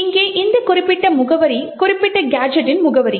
இங்கே இந்த குறிப்பிட்ட முகவரி குறிப்பிட்ட கேஜெட்டின் முகவரி